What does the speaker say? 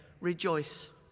rejoice